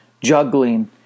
juggling